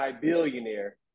billionaire